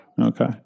Okay